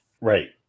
Right